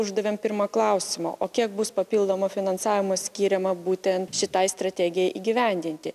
uždavėm pirmą klausimą o kiek bus papildomo finansavimo skiriama būtent šitai strategijai įgyvendinti